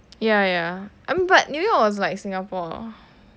ya ya I mean but new york was like singapore